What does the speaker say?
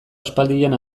aspaldian